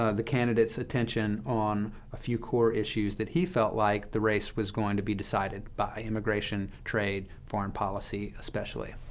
ah the candidate's attention on a few core issues that he felt like the race was going to be decided by immigration, trade, foreign policy especially.